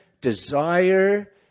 desire